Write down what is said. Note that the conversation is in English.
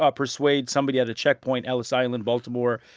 ah persuade somebody at a checkpoint ellis island, baltimore,